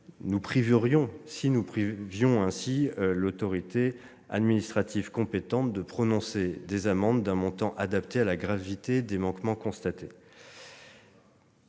nous priverions ainsi l'autorité administrative compétente de la possibilité de prononcer des amendes d'un montant adapté à la gravité des manquements constatés.